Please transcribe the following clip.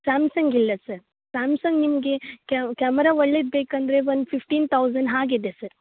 Samsung ಇಲ್ಲ sir Samsung ನಿಮಗೆ camera ಒಳ್ಳೇದು ಬೇಕಂದರೆ ಒಂದು ಫಿಫ್ಟಿನ್ ತೌಸನ್ ಹಾಗಿದೆ ಸರ್